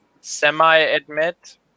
semi-admit